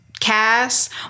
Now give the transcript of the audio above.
cast